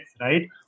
right